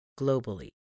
globally